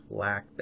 lack